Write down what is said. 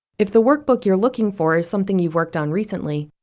if the workbook you're looking for is something you've worked on recently,